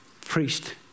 priest